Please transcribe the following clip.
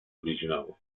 original